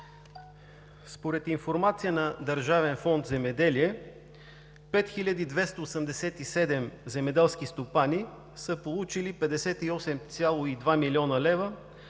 По информация на Държавен фонд „Земеделие“ 5287 земеделски стопани са получили 58,2 млн. лв.